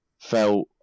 felt